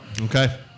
Okay